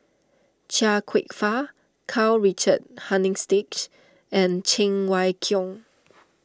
Chia Kwek Fah Karl Richard Hanitsch and Cheng Wai Keung